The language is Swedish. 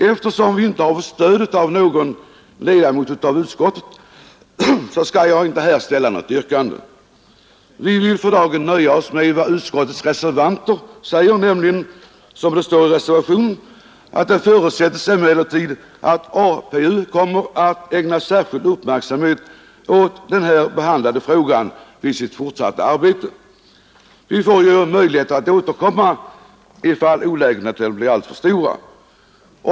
Eftersom vi inte fått stöd från någon ledamot av utskottet skall jag inte heller här ställa något yrkande. Vi vill för dagen nöja oss med vad utskottets reservanter säger, nämligen att det förutsättes ”att APU kommer att ägna särskild uppmärksamhet åt den här behandlade frågan vid sitt fortsatta arbete”. Vi får ju möjligheter att återkomma ifall olägenheterna blir alltför stora.